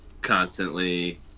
constantly